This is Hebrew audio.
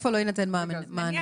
איפה לא יינתן מענה?